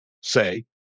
say